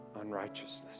unrighteousness